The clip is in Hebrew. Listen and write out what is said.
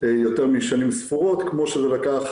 יותר משנים ספורות כמו שזה קרה